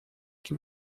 que